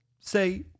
say